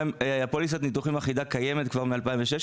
פוליסת ניתוחים אחידה קיימת כבר משנת 2016,